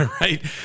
right